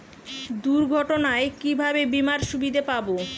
দুর্ঘটনায় কিভাবে বিমার সুবিধা পাব?